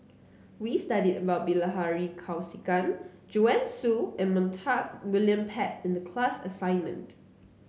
we studied about Bilahari Kausikan Joanne Soo and Montague William Pett in the class assignment